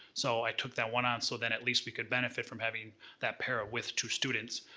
so, i took that one on so that at least we could benefit from having that para with two students.